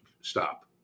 Stop